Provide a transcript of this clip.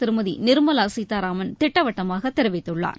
திருமதி நிர்மலா சீதாராமன் திட்டவட்டமாக தெரிவித்துள்ளார்